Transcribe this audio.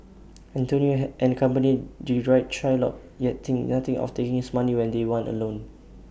Antonio and company deride Shylock yet think nothing of taking his money when they want A loan